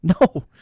No